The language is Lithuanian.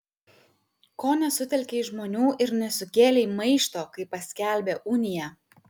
ko nesutelkei žmonių ir nesukėlei maišto kai paskelbė uniją